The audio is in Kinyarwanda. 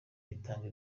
itanga